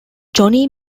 joni